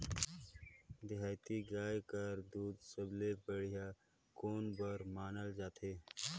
देहाती गाय कर दूध सबले बढ़िया कौन बर मानल जाथे?